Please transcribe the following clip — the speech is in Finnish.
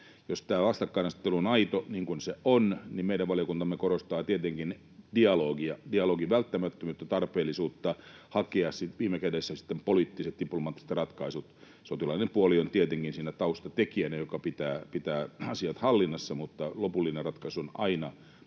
Jos tämä vastakkainasettelu on aito, niin kuin se on, niin meidän valiokuntamme korostaa tietenkin dialogia, dialogin välttämättömyyttä, tarpeellisuutta hakea sitten viime kädessä poliittista, diplomaattista ratkaisua. Sotilaallinen puoli on tietenkin siinä taustatekijänä, jonka pitää pitää asiat hallinnassa, mutta lopullinen ratkaisu on aina